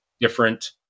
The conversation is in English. different